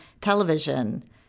television